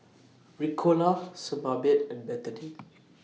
Ricola Sebamed and Betadine